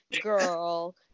girl